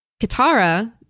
Katara